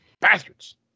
Bastards